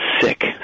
Sick